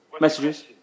messages